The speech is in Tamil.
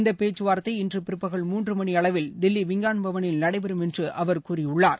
இந்த பேச்சுவார்த்தை இன்று பிற்பகல் மூன்று மணி அளவில் தில்லி விஞ்ஞான் பவனில் நடைபெறும் என்று அவர் கூறியுள்ளார்